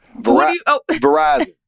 Verizon